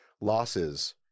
losses